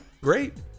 great